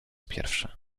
pierwszy